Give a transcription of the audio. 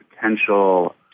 potential